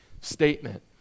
statement